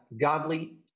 godly